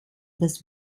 das